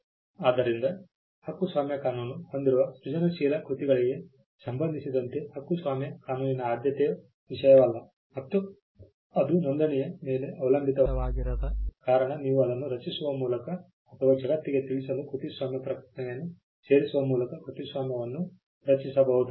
ಆದ್ದರಿಂದ ಹಕ್ಕುಸ್ವಾಮ್ಯ ಕಾನೂನು ಹೊಂದಿರುವ ಸೃಜನಶೀಲ ಕೃತಿಗಳಿಗೆ ಸಂಬಂಧಿಸಿದಂತೆ ಹಕ್ಕುಸ್ವಾಮ್ಯ ಕಾನೂನಿಗೆ ಆದ್ಯತೆಯ ವಿಷಯವಲ್ಲ ಮತ್ತು ಅದು ನೋಂದಣಿಯ ಮೇಲೆ ಅವಲಂಬಿತವಾಗಿರದ ಕಾರಣ ನೀವು ಅದನ್ನು ರಚಿಸುವ ಮೂಲಕ ಅಥವಾ ಜಗತ್ತಿಗೆ ತಿಳಿಸಲು ಕೃತಿಸ್ವಾಮ್ಯ ಪ್ರಕಟಣೆಯನ್ನು ಸೇರಿಸುವ ಮೂಲಕ ಕೃತಿಸ್ವಾಮ್ಯವನ್ನು ರಚಿಸಬಹುದು